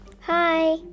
Hi